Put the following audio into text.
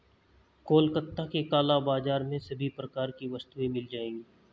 कोलकाता के काला बाजार में सभी प्रकार की वस्तुएं मिल जाएगी